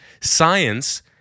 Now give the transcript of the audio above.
science